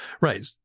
Right